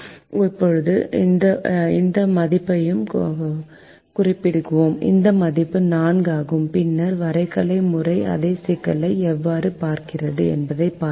இப்போது இந்த மதிப்பையும் குறிப்பிடுவோம் இந்த மதிப்பு 4 ஆகும் பின்னர் வரைகலை முறை அதே சிக்கலை எவ்வாறு பார்க்கிறது என்பதைப் பார்ப்போம்